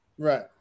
Right